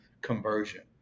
conversion